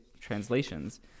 translations